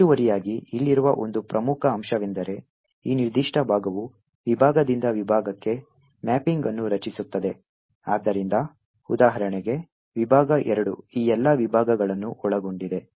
ಹೆಚ್ಚುವರಿಯಾಗಿ ಇಲ್ಲಿರುವ ಒಂದು ಪ್ರಮುಖ ಅಂಶವೆಂದರೆ ಈ ನಿರ್ದಿಷ್ಟ ಭಾಗವು ವಿಭಾಗದಿಂದ ವಿಭಾಗಕ್ಕೆ ಮ್ಯಾಪಿಂಗ್ ಅನ್ನು ರಚಿಸುತ್ತದೆ ಆದ್ದರಿಂದ ಉದಾಹರಣೆಗೆ ವಿಭಾಗ 2 ಈ ಎಲ್ಲಾ ವಿಭಾಗಗಳನ್ನು ಒಳಗೊಂಡಿದೆ